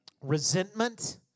resentment